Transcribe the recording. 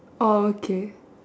orh okay